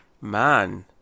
man